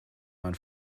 mein